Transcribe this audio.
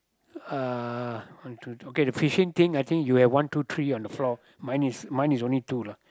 uh one two okay the fishing thing I think you have one two three on the floor mine is mine is only two lah